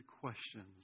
questions